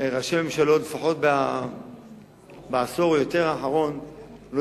ראשי הממשלות לפחות בעשור האחרון לא